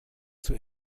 zur